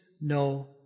no